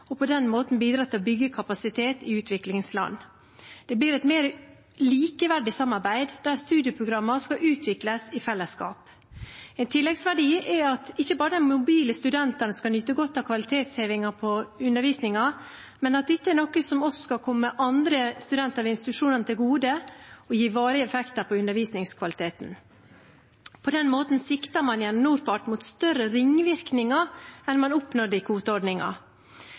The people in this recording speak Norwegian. og på den måten bidra til å bygge kapasitet i utviklingsland. Det blir et mer likeverdig samarbeid, der studieprogrammene skal utvikles i fellesskap. En tilleggsverdi er at ikke bare de mobile studentene skal nyte godt av kvalitetshevingen av undervisningen, men at dette også skal komme andre studenter ved institusjonene til gode og gi varige effekter på undervisningskvaliteten. På den måten sikter man gjennom NORPART mot større ringvirkninger enn man oppnådde i